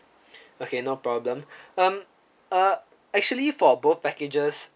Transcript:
okay no problem um uh actually for both packages